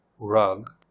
rug